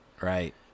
right